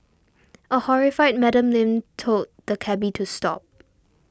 a horrified Madam Lin told the cabby to stop